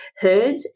Heard